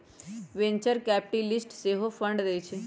venture capitalist सेहो fund देइ छइ